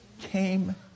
came